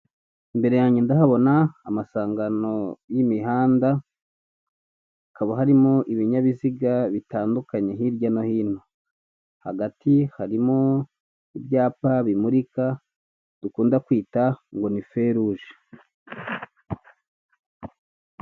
Inzu ifite ibara ry'umweru ndetse n'inzugi zifite ibaraya gusa umweru n'ibirahure by'umukara hasi hari amakaro ifite ibyumba bikodeshwa ibihumbi ijana na mirongo itanu by'amafaranga y'u Rwanda.